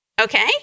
Okay